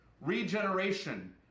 Regeneration